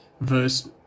verse